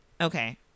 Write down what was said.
Okay